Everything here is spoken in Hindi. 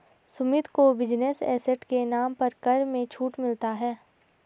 सुमित को बिजनेस एसेट के नाम पर कर में छूट मिलता है